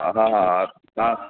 हा हा तव्हां